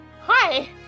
Hi